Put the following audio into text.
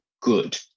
good